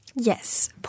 Yes